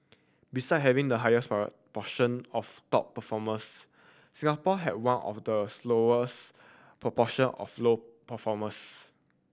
beside having the highest proportion of top performers Singapore have one of the smallest proportion of low performers